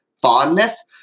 fondness